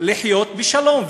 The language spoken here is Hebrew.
לחיות בשלום.